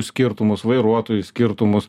skirtumus vairuotojų skirtumus